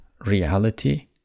reality